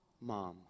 mom